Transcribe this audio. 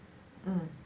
mm